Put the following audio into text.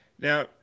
Now